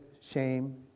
shame